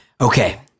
okay